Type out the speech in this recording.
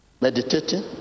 Meditating